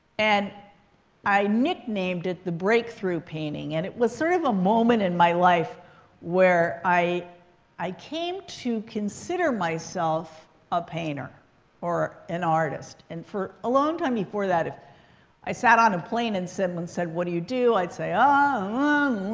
and i nicknamed it the breakthrough painting. and it was sort of a moment in my life where i i came to consider myself a painter or an artist. and for a long time before that, if i sat on a plane and someone said, what do you do? i'd say ah